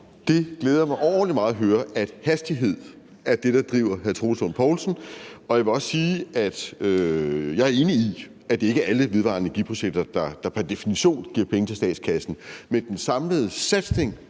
Det glæder mig overordentlig meget at høre, at hastighed er det, der driver hr. Troels Lund Poulsen. Og jeg vil også sige, at jeg er enig i, at det ikke er alle vedvarende energiprojekter, der pr. definition giver penge til statskassen. Men den samlede satsning